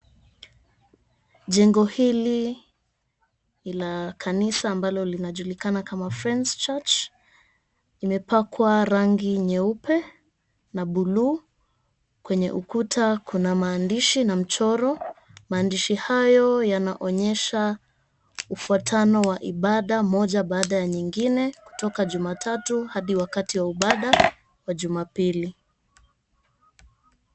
Jengo hili ni la kanisa ambalo linajulikana kama Friends Church. Imepakwa rangi nyeupe na buluu. Kwenye ukuta kuna maandishi na mchoro. Maandishi hayo yanaonyesha ufuatano wa ibada moja baada ya nyingine kutoka jumatatu hadi wakati wa ibada wa jumapili.